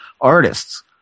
artists